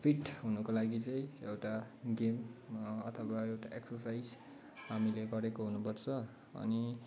fit हुनुको लागि चाहिँ एउटा गेम अथवा एउटा एक्सरसाइज हामीले गरेको हुनुपर्छ अनि